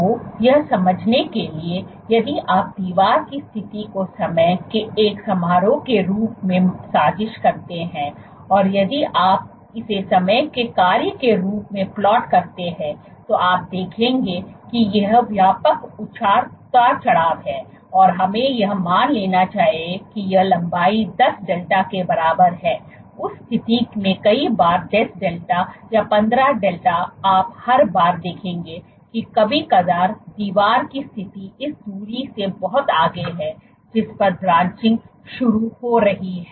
तो यह समझने के लिए कि यदि आप दीवार की स्थिति की समय के एक समारोह के रूप में साजिश करते हैं और यदि आप इसे समय के कार्य के रूप में प्लॉट करते हैं तो आप देखेंगे कि ये व्यापक उतार चढ़ाव हैं और हमें यह मान लेना चाहिए कि यह लंबाई 10 डेल्टा के बराबर है उस स्थिति में कई बार 10 डेल्टा या 15 डेल्टा आप हर बार देखेंगे कि कभी कदार दीवार की स्थिति इस दूरी से बहुत आगे है जिस पर ब्रांचिंग शुरू हो रही है